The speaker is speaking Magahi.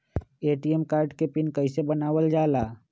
ए.टी.एम कार्ड के पिन कैसे बनावल जाला?